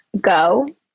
go